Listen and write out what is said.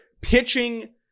Pitching